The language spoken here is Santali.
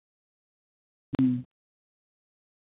ᱦᱮᱸ